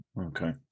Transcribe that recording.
Okay